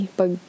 pag